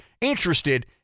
interested